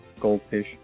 goldfish